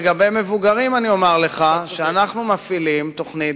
לגבי מבוגרים אני אומר לך שאנחנו מפעילים תוכנית,